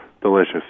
delicious